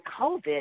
COVID